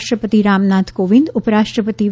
રાષ્ટ્રપતિ રામનાથ કોવિંદ ઉપરાષ્ટ્રપતિ એમ